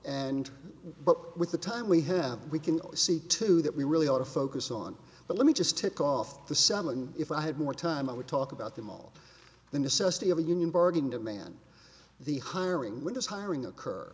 and but with the time we have we can see two that we really ought to focus on but let me just tick off the seven if i had more time i would talk about them all the necessity of a union bargain demand the hiring when does hiring occur